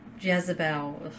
Jezebel